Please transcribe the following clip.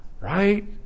Right